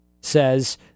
says